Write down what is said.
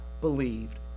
believed